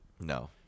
No